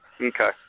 Okay